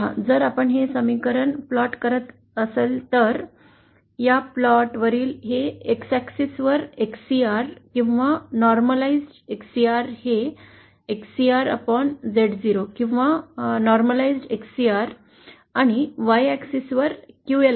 पहा जर आपण हे समीकरण रचत असाल तर या प्लॉट वरील हे X axis वर Xcr किंवा सामान्यीकृत Xcr हे Xcr Z0 किंवा सामान्यीकृत Xcr आणि Y axis वर QL असेल